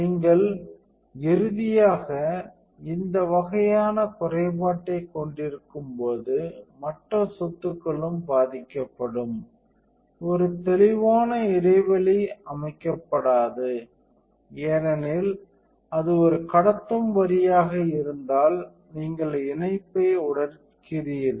நீங்கள் இறுதியாக இந்த வகையான குறைபாட்டைக் கொண்டிருக்கும்போது மற்ற சொத்துக்களும் பாதிக்கப்படும் ஒரு தெளிவான இடைவெளி அனுமதிக்கப்படாது ஏனெனில் அது ஒரு கடத்தும் வரியாக இருந்தால் நீங்கள் இணைப்பை உடைக்கிறீர்கள்